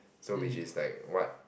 so which is like what